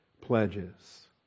pledges